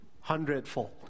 hundredfold